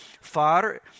Far